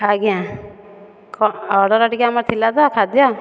ଆଜ୍ଞା କ'ଣ ଅର୍ଡ଼ର ଟିକେ ଥିଲା ତ ଆମର ଖାଦ୍ୟ